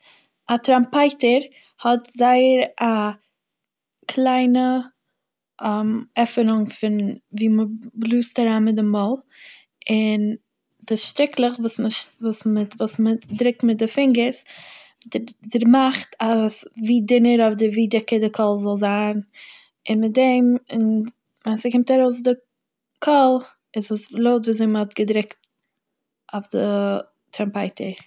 א טראמפייטער האט זייער א קליינע עפענונג פון ווי מ'בלאזט אריין מיט די מויל, און די שטיקלעך וואס מ'ש- וואס מ'ד- וואס מ'דרוקט מיט די פינגערס מאכט אז ווי דינער אדער ווי דיקער די קול זאל זיין און מיט דעם און ווען ס'קומט ארויס די קול איז עס לויט ווי אזוי מ'האט געדרוקט אויף די טראמפייטער.